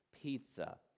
pizza